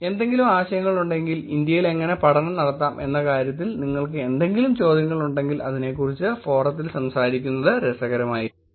എന്തെങ്കിലും ആശയങ്ങൾ ഉണ്ടെങ്കിൽ ഇന്ത്യയിൽ എങ്ങനെ പഠനം നടത്താം എന്ന കാര്യത്തിൽ നിങ്ങൾക്ക് എന്തെങ്കിലും ചോദ്യങ്ങളുണ്ടെങ്കിൽ അതിനെക്കുറിച്ച് ഫോറത്തിൽ സംസാരിക്കുന്നത് രസകരമായിരിക്കും